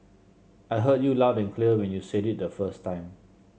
I heard you loud and clear when you said it the first time